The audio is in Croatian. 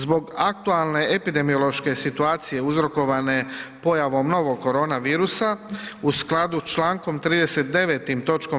Zbog aktualne epidemiološke situacije uzrokovane pojavom novog koronavirusa u skladu s čl. 39. toč.